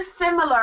similar